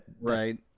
right